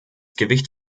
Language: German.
gewicht